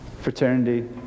fraternity